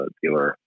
dealer